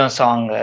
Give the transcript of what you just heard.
song